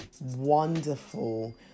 wonderful